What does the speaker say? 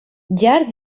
llar